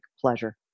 pleasure